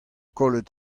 kollet